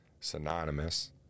synonymous